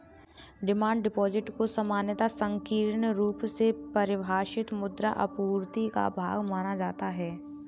demand deposit को सामान्यतः संकीर्ण रुप से परिभाषित मुद्रा आपूर्ति का भाग माना जाता है